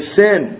sin